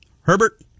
Herbert